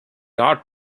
art